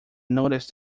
notice